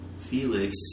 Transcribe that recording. felix